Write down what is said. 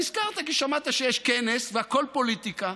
נזכרת כי שמעת שיש כנס, והכול פוליטיקה,